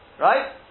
Right